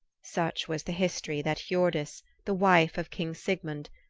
such was the history that hiordis, the wife of king sigmund,